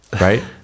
right